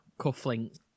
cufflinks